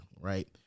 right